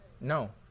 No